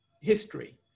history